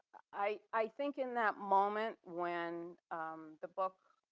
i i think in that moment when the book